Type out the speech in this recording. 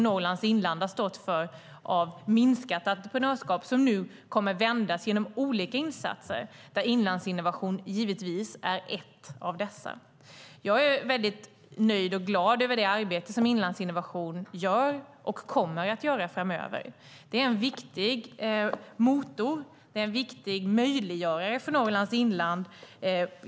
Norrlands inland har stått för ett minskat entreprenörskap som nu kommer att vändas genom olika insatser där Inlandsinnovation givetvis är en av dem. Jag är mycket nöjd och glad över det arbete som Inlandsinnovation gör och kommer att göra framöver. Det är en viktig motor och en viktig möjliggörare för Norrlands inland.